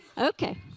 Okay